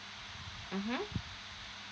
mmhmm